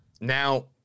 now